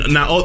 Now